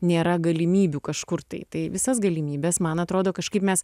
nėra galimybių kažkur tai visas galimybes man atrodo kažkaip mes